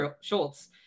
Schultz